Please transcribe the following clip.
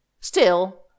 Still